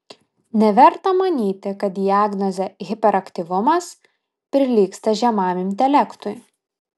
neverta manyti kad diagnozė hiperaktyvumas prilygsta žemam intelektui